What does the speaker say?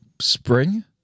Spring